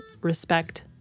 respect